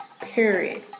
period